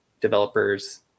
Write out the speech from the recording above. developers